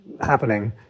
happening